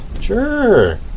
Sure